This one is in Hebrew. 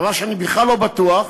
דבר שאני בכלל לא בטוח,